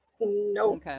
no